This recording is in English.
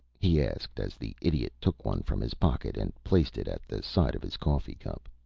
he asked, as the idiot took one from his pocket and placed it at the side of his coffee-cup.